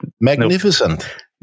Magnificent